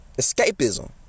escapism